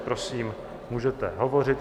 Prosím, můžete hovořit.